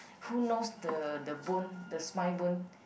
who knows the the bone the spine bone